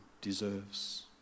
deserves